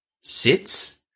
sits